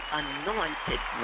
anointed